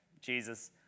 Jesus